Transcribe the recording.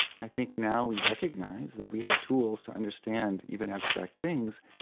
i think now we recognise that we have tools to understand even abstract things,